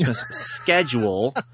schedule